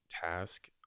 task